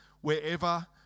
wherever